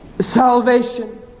salvation